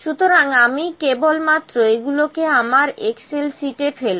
সুতরাং আমি কেবলমাত্র এগুলোকে আমার এক্সেল শীটে ফেলবো